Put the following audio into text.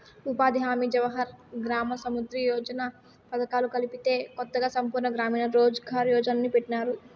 ఉపాధి హామీ జవహర్ గ్రామ సమృద్ది యోజన పథకాలు కలిపేసి కొత్తగా సంపూర్ణ గ్రామీణ రోజ్ ఘార్ యోజన్ని పెట్టినారు